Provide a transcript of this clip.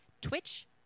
Twitch